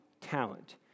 talent